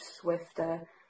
swifter